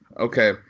Okay